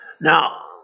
Now